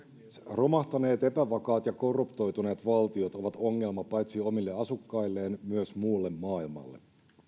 romahtaneet epävakaat ja korruptoituneet valtiot ovat ongelma paitsi omille asukkailleen myös muulle maailmalle